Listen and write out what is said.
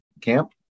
camp